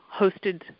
hosted